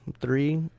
three